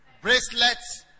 Bracelets